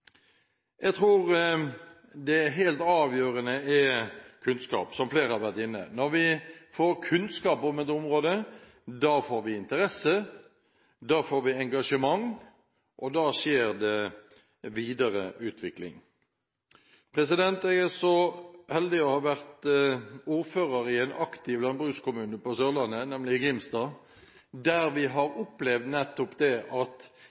Jeg tror det helt avgjørende er kunnskap, som flere har vært inne på. Når vi får kunnskap om et område, får vi interesse og engasjement. Da skjer det videreutvikling. Jeg er så heldig å ha vært ordfører i en aktiv landbrukskommune på Sørlandet, nemlig Grimstad. Der har vi opplevd at nettopp det å ha et kunnskaps- og kompetansemiljø har gjort at